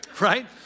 Right